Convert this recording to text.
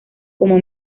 como